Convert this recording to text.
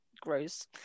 gross